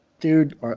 Dude